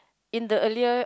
in the earlier